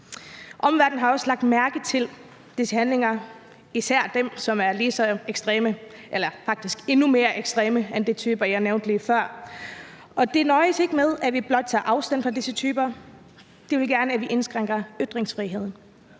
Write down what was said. Omverdenen har også lagt mærke til disse typers handlinger, især dem, som er lige så ekstreme eller faktisk endnu mere ekstreme end de typer, jeg nævnte lige før. De nøjes ikke med at synes, at vi skal tage afstand fra disse typer; de vil gerne, at vi indskrænker ytringsfriheden.